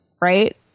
right